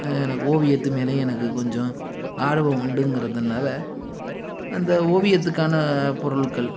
எனக்கு ஓவியத்து மேலேயும் எனக்கு கொஞ்சம் ஆர்வம் உண்டுங்கறதுனால அந்த ஓவியத்துக்கான பொருள்கள்